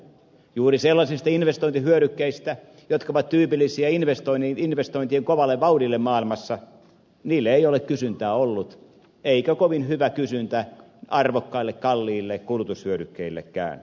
juuri sellaisille investointihyödykkeille jotka ovat tyypillisiä investointien kovalle vauhdille maailmassa ei ole kysyntää ollut eikä kovin hyvä kysyntä arvokkaille kalliille kulutushyödykkeillekään